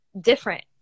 different